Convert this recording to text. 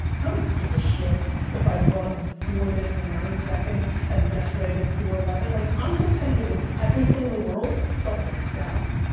i don't give a shit if i run four minutes and nine seconds and yesterday i did four eleven. like i'm competitive with everything in the world but myself.